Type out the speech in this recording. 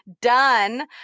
done